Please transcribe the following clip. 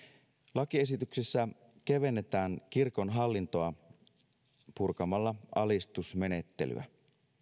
lakiesityksessä kevennetään kirkon hallintoa purkamalla alistusmenettelyä